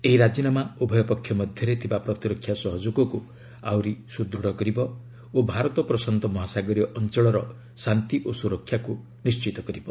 ଏହି ରାଜିନାମା ଉଭୟ ପକ୍ଷ ମଧ୍ୟରେ ଥିବା ପ୍ରତିରକ୍ଷା ସହଯୋଗକୁ ଆହୁରି ସୁଦୃଢ଼ କରିବ ଓ ଭାରତ ପ୍ରଶାନ୍ତ ମହାସାଗରୀୟ ଅଞ୍ଚଳର ଶାନ୍ତି ଓ ସୁରକ୍ଷାକୁ ନିଶ୍ଚିତ କରିବ